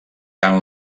tant